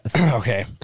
Okay